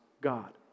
God